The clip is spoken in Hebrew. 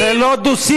זה לא דו-שיח,